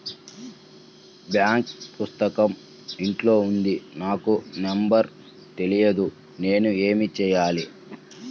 Bank పుస్తకం ఇంట్లో ఉంది నాకు నంబర్ తెలియదు నేను ఏమి చెయ్యాలి?